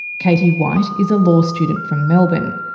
katie white is a law student from melbourne.